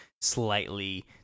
slightly